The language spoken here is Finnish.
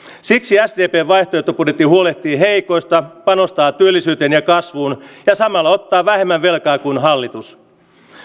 siksi sdpn vaihtoehtobudjetti huolehtii heikoista panostaa työllisyyteen ja kasvuun ja samalla ottaa vähemmän velkaa kuin hallitus